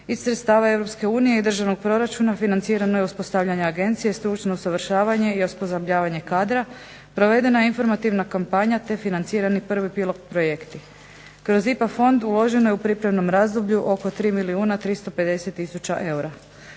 sredstava EU i državnog proračuna financirano je uspostavljanje agencije, stručno usavršavanje i osposobljavanje kadra. Provedena je informativna kampanja te financirani prvi pilot projekti. Kroz IPA fond uloženo je u pripremnom razdoblju oko 3 milijuna